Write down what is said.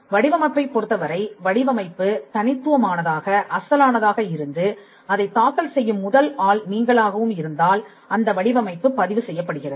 வடிவமைப்பைப் பொருத்த வரை வடிவமைப்பு தனித்துவமானதாக அசலானதாக இருந்து அதைத் தாக்கல் செய்யும் முதல் ஆள் நீங்களாகவும் இருந்தால் அந்த வடிவமைப்பு பதிவு செய்யப்படுகிறது